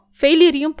failure